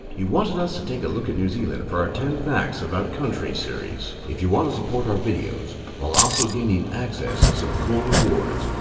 he wanted us to take a look at new zealand for our ten facts about countries series. if you want to support our videos while also gaining access to some cool rewards,